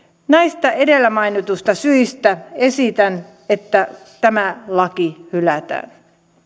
näistä edellä mainituista syistä esitän että tämä laki hylätään